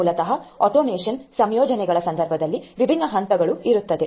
ಮೂಲತಃ ಆಟೋಮೇಷನ್ ಸಂಯೋಜನೆಗಳ ಸಂದರ್ಭದಲ್ಲಿ ವಿಭಿನ್ನ ಹಂತಗಳು ಇರುತ್ತವೆ